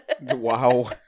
wow